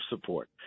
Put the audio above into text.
support